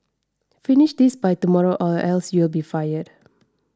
finish this by tomorrow or else you'll be fired